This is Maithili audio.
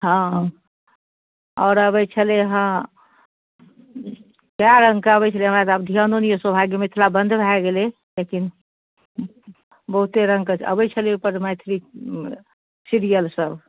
हँ हँ आओर अबैत छलैहँ कए रङ्गके अबैत छलै हमरा तऽ आब ध्यानो नहि अइ सौभाग्य मिथिला बन्द भए गेलै लेकिन बहुते रङ्गके अबैत छलै ओहिपरमे मैथिली सीरियल सब